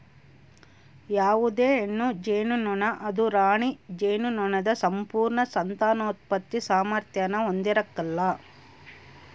ಯಾವುದೇ ಹೆಣ್ಣು ಜೇನುನೊಣ ಅದು ರಾಣಿ ಜೇನುನೊಣದ ಸಂಪೂರ್ಣ ಸಂತಾನೋತ್ಪತ್ತಿ ಸಾಮಾರ್ಥ್ಯಾನ ಹೊಂದಿರಕಲ್ಲ